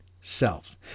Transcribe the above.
self